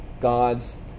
God's